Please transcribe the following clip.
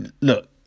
look